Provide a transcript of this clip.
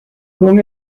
con